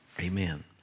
Amen